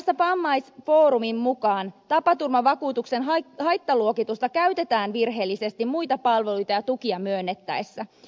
muun muassa vammaisfoorumin mukaan tapaturmavakuutuksen haittaluokitusta käytetään virheellisesti muita palveluita ja tukia myönnettäessä